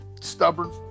stubborn